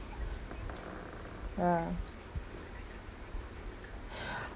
ya